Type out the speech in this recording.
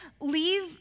leave